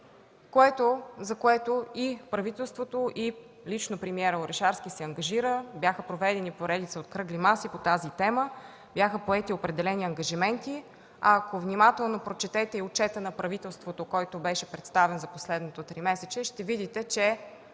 за което и правителството, и лично премиерът Орешарски се ангажираха. Бяха проведени поредица от кръгли маси по тази тема, бяха поети определени ангажименти. Ако внимателно прочетете отчета на правителството, който беше представен за последното тримесечие, ще видите, че